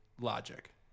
logic